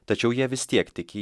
tačiau jie vis tiek tikį